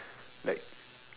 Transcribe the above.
like